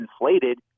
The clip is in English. inflated